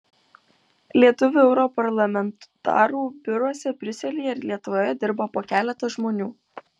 lietuvių europarlamentarų biuruose briuselyje ir lietuvoje dirba po keletą žmonių